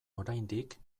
oraindik